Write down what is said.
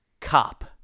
cop